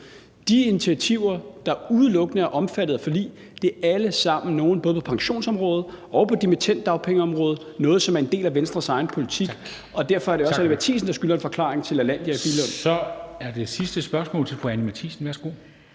De initiativer, der udelukkende er omfattet af forlig, er alle sammen nogle – både på pensionsområdet og på dimittenddagpengeområdet – som er en del af Venstres egen politik, og derfor er det også Anni Matthiesen, der skylder en forklaring til Lalandia i Billund. Kl. 13:50 Formanden